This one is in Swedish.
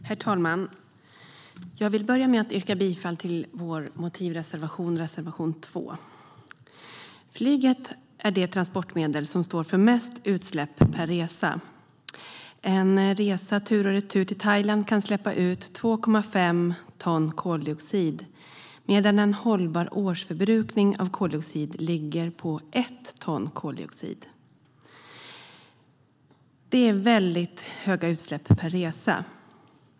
Herr talman! Jag vill börja med att yrka bifall till vår motivreservation, reservation 2. Flyget är det transportmedel som står för mest utsläpp per resa. En resa tur och retur till Thailand kan släppa ut 2,5 ton koldioxid, medan en hållbar årsförbrukning av koldioxid ligger på 1 ton koldioxid. Det är väldigt höga utsläpp per resa.